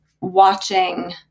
watching